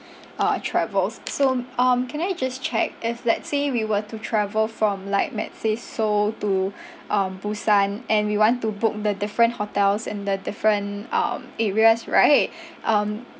uh travels so mm um can I just check if let's say we were to travel from like let's say seoul to um busan and we want to book the different hotels in the different um areas right um